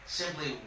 simply